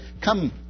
come